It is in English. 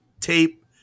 tape